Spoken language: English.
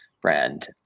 brand